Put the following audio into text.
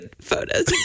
photos